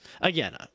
again